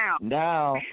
Now